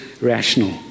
rational